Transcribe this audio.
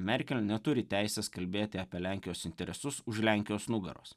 merkel neturi teisės kalbėti apie lenkijos interesus už lenkijos nugaros